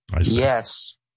Yes